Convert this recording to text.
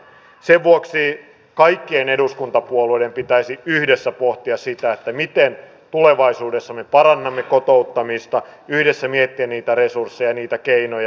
sen vuoksi kaikkien eduskuntapuolueiden pitäisi yhdessä pohtia sitä miten tulevaisuudessa me parannamme kotouttamista yhdessä miettiä niitä resursseja ja niitä keinoja